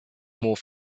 more